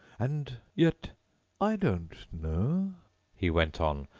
and yet i don't know he went on,